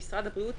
במשרד הבריאות,